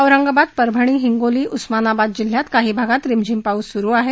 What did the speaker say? औरंगाबाद परभणी हिंगोली आणि उस्मानाबाद जिल्ह्यात काही भागात रिमझिम पाऊस सुरू आहे